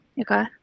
Okay